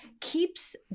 keeps